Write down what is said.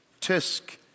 tisk